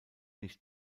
nicht